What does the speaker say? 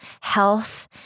health